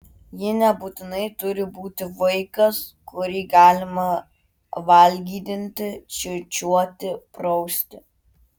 ji nebūtinai turi būti vaikas kurį galima valgydinti čiūčiuoti prausti